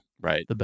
Right